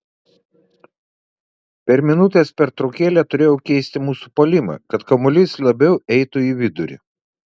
per minutės pertraukėlę turėjau keisti mūsų puolimą kad kamuolys labiau eitų į vidurį